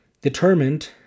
determined